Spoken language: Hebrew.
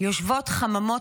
יושבות חממות